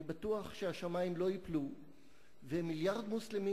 אני בטוח שהשמים לא ייפלו ומיליארד מוסלמים